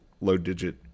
low-digit